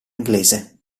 inglese